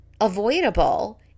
avoidable